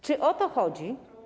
Czy o to chodzi?